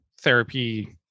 therapy